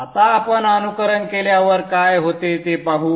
आता आपण अनुकरण केल्यावर काय होते ते पाहू